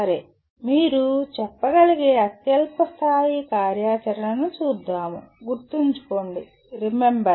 సరే మీరు చెప్పగలిగే అత్యల్ప స్థాయి కార్యాచరణను చూద్దాము గుర్తుంచుకోండి రిమెంబర్